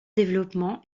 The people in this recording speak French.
développement